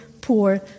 poor